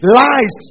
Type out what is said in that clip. lies